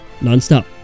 nonstop